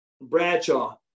Bradshaw